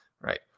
right